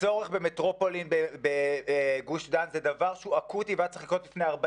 הצורך במטרופולין בגוש דן הוא דבר שהוא אקוטי והיה צריך לקרות לפני 40